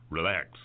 Relax